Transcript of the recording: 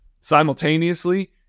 Simultaneously